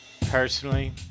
personally